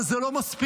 אבל זה לא מספיק,